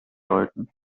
sollten